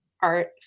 art